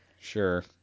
sure